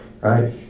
right